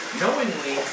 knowingly